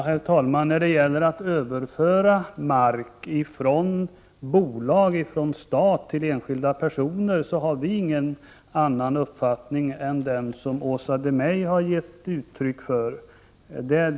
Herr talman! När det gäller att överföra mark från bolag och stat till enskilda personer har vi ingen annan uppfattning än den som Åsa Domeij har gett uttryck för.